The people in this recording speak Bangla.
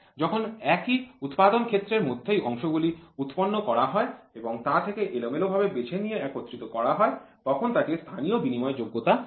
যখন একই উৎপাদন ক্ষেত্রের মধ্যেই অংশগুলি উৎপন্ন করা হয় এবং তা থেকে এলোমেলোভাবে বেছে নিয়ে একত্রিত করা হয় তখন তাকে স্থানীয় বিনিময়যোগ্যতা বলে